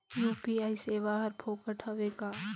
UPI सेवाएं हर फोकट हवय का?